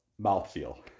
mouthfeel